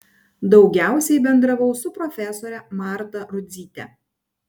daugiausiai bendravau su profesore marta rudzyte